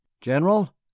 general